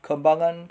kembangan